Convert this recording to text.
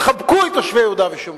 חבקו את תושבי יהודה ושומרון.